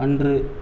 அன்று